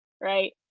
right